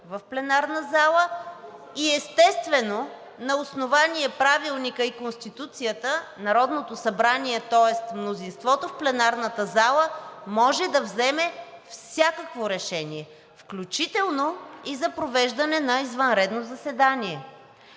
в пленарната зала и, естествено, на основание Правилника и Конституцията Народното събрание, тоест мнозинството в пленарната зала, може да вземе всякакво решение, включително и за провеждане на извънредно заседание.